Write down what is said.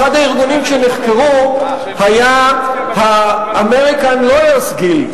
אחד הארגונים שנחקרו היה American Lawyers Guild.